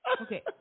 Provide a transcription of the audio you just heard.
Okay